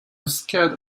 scared